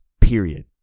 Period